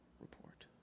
Report